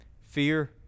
fear